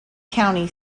county